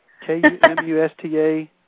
K-U-M-U-S-T-A